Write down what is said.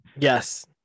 yes